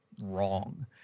wrong